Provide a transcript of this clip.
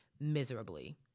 miserably